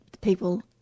people